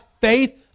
faith